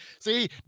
See